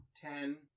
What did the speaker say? Ten